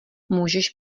můžeš